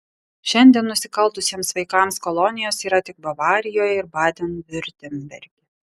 šiandien nusikaltusiems vaikams kolonijos yra tik bavarijoje ir baden viurtemberge